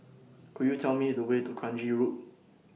Could YOU Tell Me The Way to Kranji Road